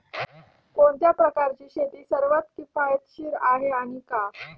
कोणत्या प्रकारची शेती सर्वात किफायतशीर आहे आणि का?